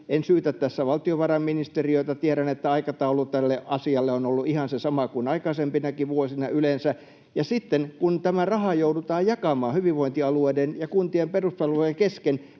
en syytä tässä valtiovarainministeriötä, tiedän, että aikataulu tälle asialle on ollut ihan se sama kuin aikaisempinakin vuosina yleensä. Ja sitten kun tämä raha joudutaan jakamaan hyvinvointialueiden ja kuntien peruspalveluiden kesken